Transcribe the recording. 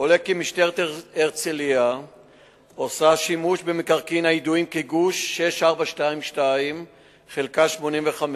עולה כי משטרת הרצלייה עושה שימוש במקרקעין הידועים כגוש 6422 חלקה 85,